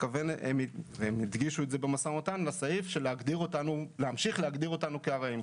הם הדגישו במשא ומתן שהם ימשיכו להגדיר אותנו כארעיים,